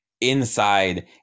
inside